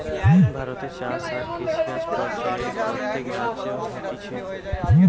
ভারতে চাষ আর কৃষিকাজ পর্যায়ে প্রত্যেক রাজ্যে হতিছে